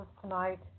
tonight